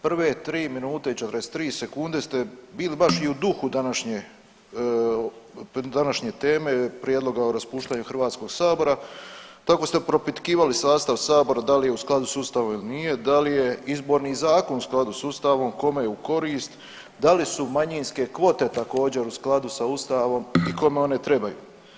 Prve tri minute i 43 sekunde ste bili baš i u duhu današnje teme prijedloga o raspuštanju HS-a, tako ste propitkivali sastav sabora da li je u skladu s ustavom ili nije, da li je izborni zakon u skladu s ustavom, kome je u korist, da li su manjinske kvote također u skladu sa ustavom i kome one trebaju.